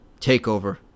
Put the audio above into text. TakeOver